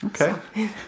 Okay